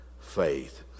faith